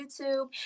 YouTube